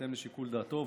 בהתאם לשיקול דעתו,